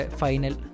final